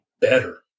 better